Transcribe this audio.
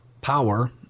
power